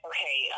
Okay